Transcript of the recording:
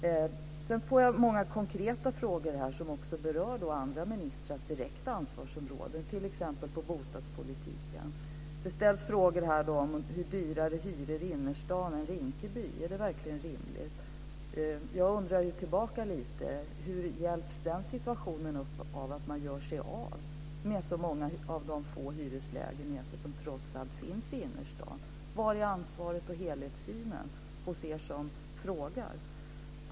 Jag får många konkreta frågor som rör andra ministrars direkta ansvarsområden, t.ex. bostadspolitiken. Det ställs frågor om ifall det är rimligt med lägre hyror i innerstaden än i Rinkeby. Hur hjälps den situationen upp av att man gör sig av med så många av de få hyresrätter som finns i innerstaden? Var är ansvaret och helhetssynen hos er som frågar?